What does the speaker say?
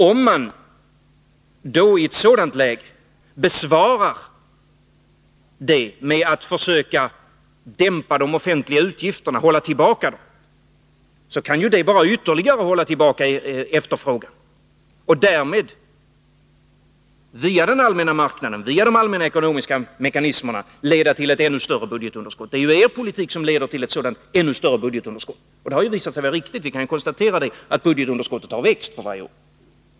Om man i ett sådant läge möter detta genom att försöka dämpa de offentliga utgifterna och hålla tillbaka dem, kan ju detta bara ytterligare hålla tillbaka efterfrågan och därmed via den allmänna marknaden, via de allmänna ekonomiska mekanismerna, leda till ett ännu större budgetunderskott. Det är er politik som leder till ett sådant ännu större budgetunderskott — vi kan helt riktigt konstatera att budgetunderskottet har växt för varje år.